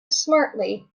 smartly